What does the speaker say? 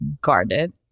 guarded